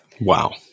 Wow